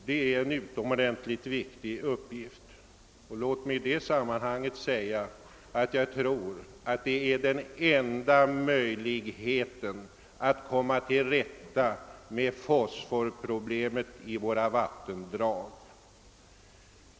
Det är en utomordentligt viktig uppgift. Låt mig i detta sammanhang säga att jag tror att det är den enda möjligheten att komma till rätta med fosforproblemet i våra vattendrag.